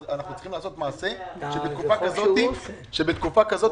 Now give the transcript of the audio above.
אבל אנחנו צריכים לעשות מעשה שבתקופה כזאת